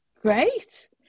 great